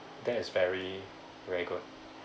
that is very very good